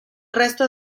resto